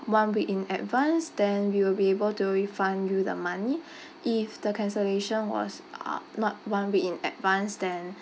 one week in advance then we will be able to refund you the money if the cancellation was uh not one week in advance then